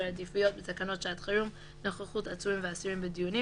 העדיפויות בתקנות שעת חירום (נוכחות עצורים ואסירים בדיונים)